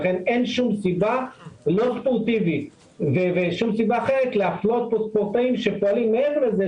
לכן אין שום סיבה ספורטיבית או אחרת להפלות ספורטאים שפועלים מעבר לזה,